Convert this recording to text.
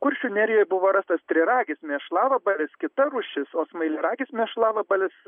kuršių nerijoj buvo rastas triragis mėšlavabalis kita rūšis o smailiaragis mėšlavabalis